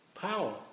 power